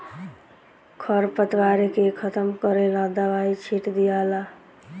खर पतवार के खत्म करेला दवाई छिट दियाला